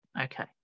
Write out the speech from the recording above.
Okay